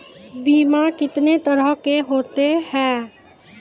बीमा कितने तरह के होते हैं?